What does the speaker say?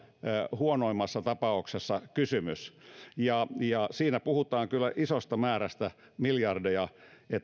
huonoimmassa tapauksessa kysymys siinä puhutaan kyllä isosta määrästä miljardeja